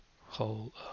whole